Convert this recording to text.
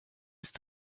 ist